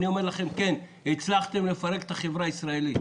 אני אומר לכם: כן, הצלחתם לפרק את החברה הישראלית.